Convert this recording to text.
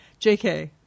JK